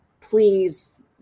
please